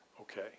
Okay